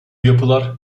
yapılar